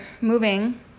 moving